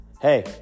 Hey